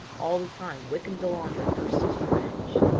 all the time wykham delandre nursed his revenge.